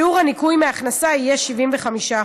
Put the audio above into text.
שיעור הניכוי מההכנסה יהיה 75%,